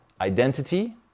Identity